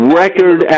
record